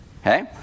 okay